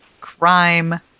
Crime